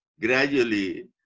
gradually